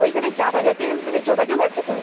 ওইখানে যাতায়াতের মানে যোগাযোগ আছে তো